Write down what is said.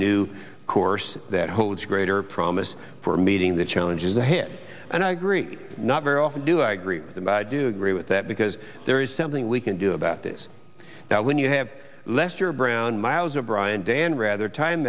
new course that holds greater promise for meeting the challenges ahead and i agree not very often do i agree with them but i do agree with that because there is something we can do about this that when you have lester brown miles o'brien dan rather time